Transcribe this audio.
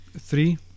three